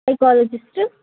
sociologist